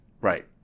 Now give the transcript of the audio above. Right